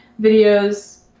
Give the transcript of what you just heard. videos